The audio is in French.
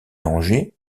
angers